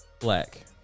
Black